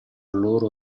loro